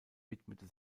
widmete